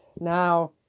Now